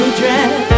dress